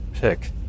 pick